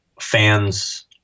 fans